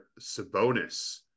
Sabonis